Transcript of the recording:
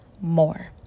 more